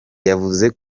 yavuze